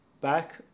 back